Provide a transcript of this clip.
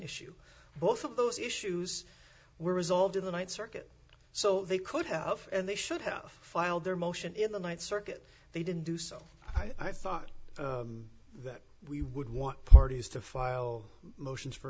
issue both of those issues were resolved in the th circuit so they could have and they should have filed their motion in the th circuit they didn't do so i thought that we would want parties to file motions for